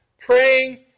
praying